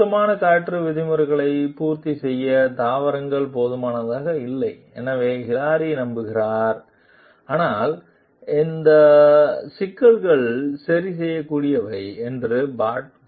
சுத்தமான காற்று விதிமுறைகளை பூர்த்தி செய்ய தாவரங்கள் போதுமானதாக இல்லை என்று ஹிலாரி நம்புகிறார் ஆனால் இந்த சிக்கல்கள் சரிசெய்யக்கூடியவை என்று பாட் கருதுகிறார்